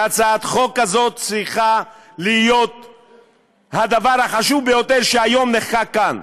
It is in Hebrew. והצעת חוק כזאת צריכה להיות הדבר החשוב ביותר שהיום נחקק כאן.